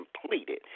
completed